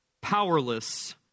powerless